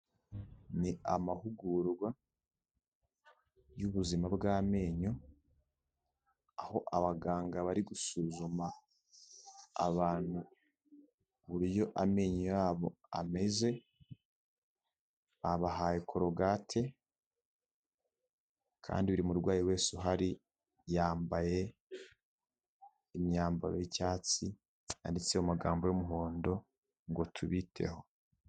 Ni amahugurwa y'ubuzima bw'amenyo aho abaganga bari gusuzuma abantu uburyo amenyo yabo ameze, babahaye kurogate kandi buri murwayi wese uhari yambaye imyambaro y'icyatsi yanditseho amagambo y'umuhondo ngo tubiteho.